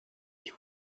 ich